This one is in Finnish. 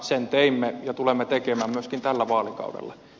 sen teimme ja tulemme tekemään myöskin tällä vaalikaudella